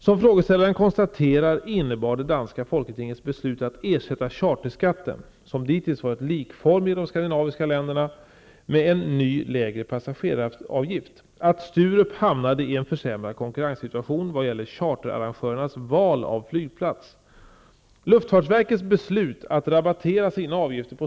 Som frågeställaren konstaterar innebar det danska folketingets beslut att ersätta charterskatten, som dittills varit likformig i de skandinaviska länderna, med en ny lägre passageraravgift, att Sturup hamnade i en försämrad konkurrenssituation vad gäller charterarrangörernas val av flygplats.